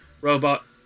Robot